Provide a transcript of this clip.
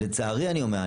לצערי אני אומר,